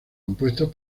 compuestas